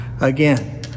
Again